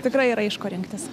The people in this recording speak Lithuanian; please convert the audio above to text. tikrai yra iš ko rinktis